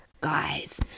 guys